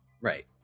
Right